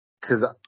Cause